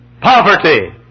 Poverty